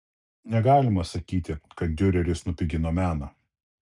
negalima sakyti kad diureris nupigino meną